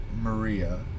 Maria